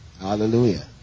Hallelujah